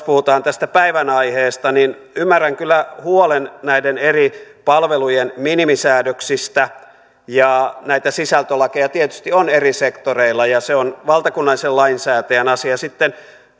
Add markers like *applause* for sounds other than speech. *unintelligible* puhutaan tästä päivän aiheesta niin ymmärrän kyllä huolen näiden eri palvelujen minimisäädöksistä näitä sisältölakeja tietysti on eri sektoreilla ja on valtakunnallisen lainsäätäjän asia sitten